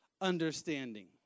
understanding